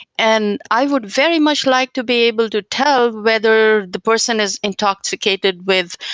and i would very much like to be able to tell whether the person is intoxicated with